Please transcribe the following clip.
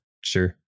Sure